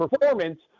performance